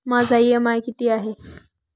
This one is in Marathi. माझा इ.एम.आय किती आहे?